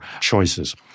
choices